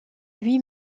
lui